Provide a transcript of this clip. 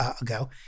ago